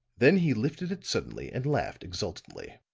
then he lifted it suddenly, and laughed exultantly.